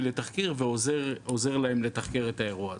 לתחקיר ועוזר להם לתחקר את האירוע הזה.